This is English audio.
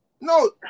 no